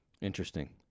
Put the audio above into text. interesting